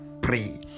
pray